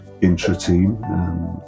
intra-team